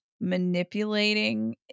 manipulating